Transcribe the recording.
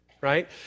right